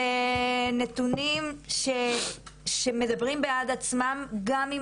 אלה נתונים שמדברים בעד עצמם גם אם